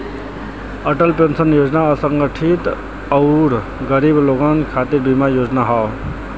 Atal pension Yojana असंगठित आउर गरीब लोगन खातिर बीमा योजना हौ